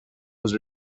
was